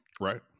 right